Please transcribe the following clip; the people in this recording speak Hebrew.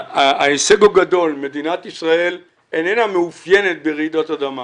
מדינת ישראל איננה מאופיינת ברעידות אדמה,